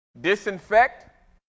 disinfect